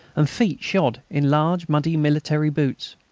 and feet shod in large muddy military boots.